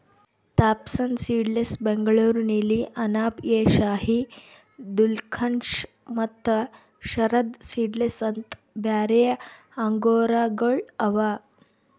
Thompson seedless, Bengaluru ನೀಲಿ, ಅನಾಬ್ ಎ ಶಾಹಿ, ದಿಲ್ಖುಷ ಮತ್ತ Sharad seedless ಅಂತ್ ಬ್ಯಾರೆ ಆಂಗೂರಗೊಳ್ ಅವಾ